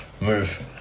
move